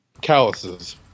Calluses